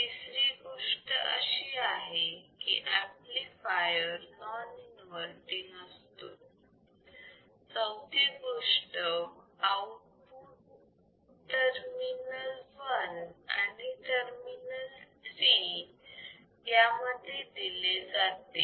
तिसरी गोष्ट अशी आहे की ऍम्प्लिफायर नॉन इन्वर्तींग असतो चौथी गोष्ट आउटपुट टर्मिनल 1 आणि टर्मिनल 3 यामध्ये दिले जाते